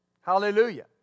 Hallelujah